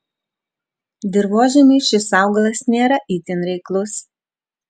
dirvožemiui šis augalas nėra itin reiklus